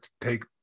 take